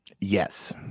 yes